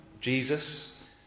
Jesus